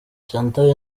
chantal